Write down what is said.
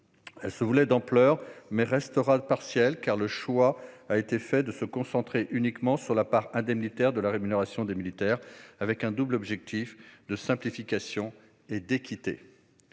Elle se voulait d'ampleur, mais restera partielle, car le choix a été fait de se concentrer uniquement sur la part indemnitaire de la rémunération des militaires, avec un double objectif de simplification et d'équité.